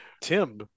Tim